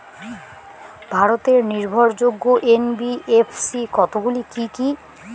ভারতের নির্ভরযোগ্য এন.বি.এফ.সি কতগুলি কি কি?